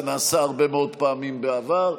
זה נעשה הרבה מאוד פעמים בעבר.